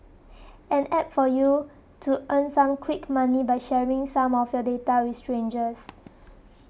an App for you to earn some quick money by sharing some of your data with strangers